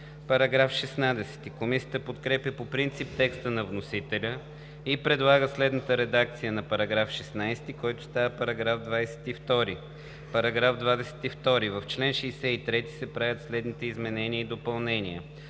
става § 21. Комисията подкрепя по принцип текста на вносителя и предлага следната редакция на § 16, който става § 22: „§ 22. В чл. 63 се правят следните изменения и допълнения: